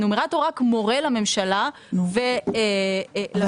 הנומרטור רק מורה לממשלה ול --- אבל